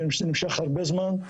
זה נמשך הרבה זמן.